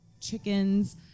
chickens